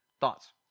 thoughts